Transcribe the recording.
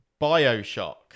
Bioshock